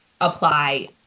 apply